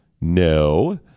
No